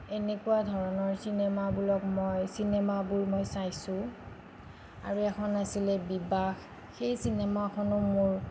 এনেকুৱা ধৰণৰ চিনেমাবিলাক মই চিনেমাবোৰ মই চাইছোঁ আৰু এখন আছিলে বিবাহ সেই চিনেমাখনো মোৰ